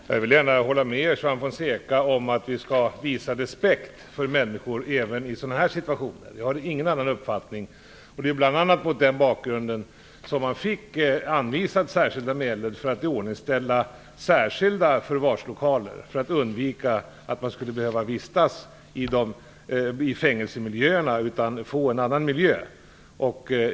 Fru talman! Jag vill gärna hålla med Juan Fonseca om att vi skall vissa respekt för människor även i sådana här situationer. Jag har ingen annan uppfattning. Det är bl.a. mot den bakgrunden som polisen fick anvisat särskilda medel för att iordningställa särskilda förvarslokaler och undvika att dessa människor skulle vistas i fängelsemiljö, utan de skulle i stället få en annan miljö.